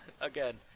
again